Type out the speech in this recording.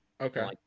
okay